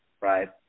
right